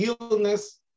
illness